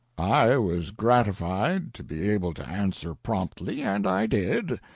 i was gratified to be able to answer promptly, and i did.